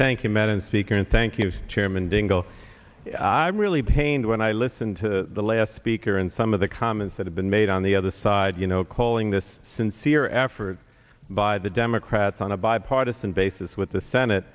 thank you madam speaker and thank you chairman dingell i'm really pained when i listen to the last speaker and some of the comments that have been made on the other side you know calling this sincere effort by the democrats on a bipartisan basis with the senate